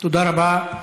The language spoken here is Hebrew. תודה רבה.